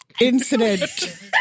incident